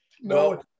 No